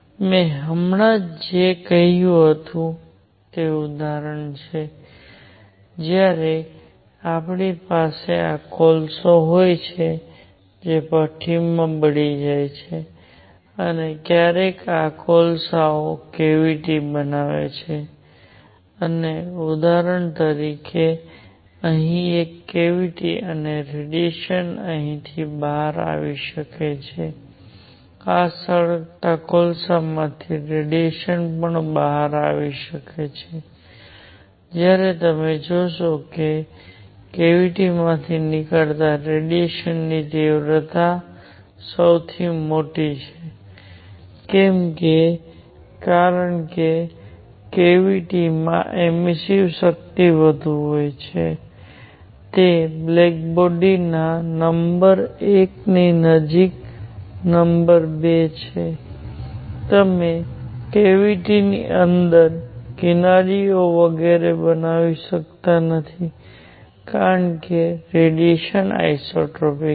મેં હમણાં જે કંઈ કહ્યું તે ઉદાહરણ છે જ્યારે તમારી પાસે આ કોલસા હોય છે જે ભઠ્ઠીમાં બળી જાય છે અને ક્યારેક આ કોલસાઓ કેવીટી બનાવે છે અને ઉદાહરણ તરીકે અહીં એક કેવીટી અને રેડિયેશન અહીંથી બહાર આવી શકે છે આ સળગતા કોલસા માંથી રેડિયેશન પણ બહાર આવી શકે છે ત્યારે તમે જોશો કે કેવીટી માંથી નીકળતા રેડિયેશન ની તીવ્રતા સૌથી મોટી છે કેમ કારણ કે કેવીટી માં એમિસ્સીવ શક્તિ વધુ હોય છે તે બ્લેક બોડી ના નંબર 1 ની નજીક નંબર 2 છે તમે કેવીટી ની અંદર કિનારીઓ વગેરે બનાવી શકતા નથી કારણ કે રેડિયેશન આઇસોટ્રોપિક છે